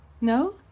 No